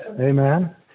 amen